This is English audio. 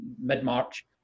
mid-March